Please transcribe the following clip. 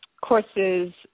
courses